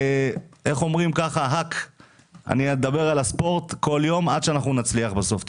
אני אדבר על הספורט כל יום עד שאנחנו נצליח בסוף.